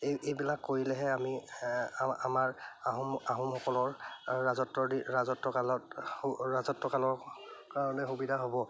এই এইবিলাক কৰিলেহে আমি আমাৰ আহোম আহোমসকলৰ ৰাজত্ব দি ৰাজত্বকালত ৰাজত্বকালৰ কাৰণে সুবিধা হ'ব